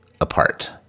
apart